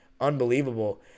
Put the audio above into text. unbelievable